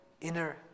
inner